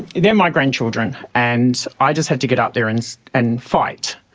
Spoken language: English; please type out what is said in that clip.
they're my grandchildren, and i just had to get up there and and fight,